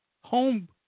home